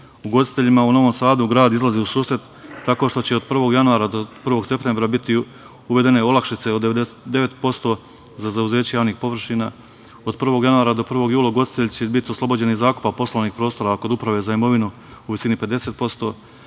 subjektima. Ugostiteljima u Novom Sadu grad izlazi u susret tako što će od 1. januara do 1. septembra biti uvedene olakšice od 99% za zauzeće javnih površina. Od 1. januara do 1. jula ugostitelji će biti oslobođeni zakupa poslovnog prostora kod Uprave za imovinu u visini od 50%.